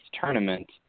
tournament